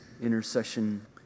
intercession